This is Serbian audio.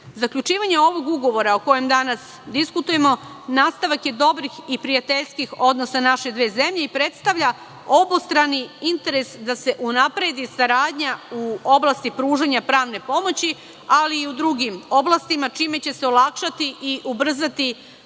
Zaključivanje, ovog ugovora, o kojem danas diskutujemo, nastavak je dobrih i prijateljskih odnosa naše dve zemlje i predstavlja obostrani interese da se unapredi saradnja u oblasti pružanja pravne pomoći, ali i u drugim oblastima čime će se olakšati i ubrzati pravni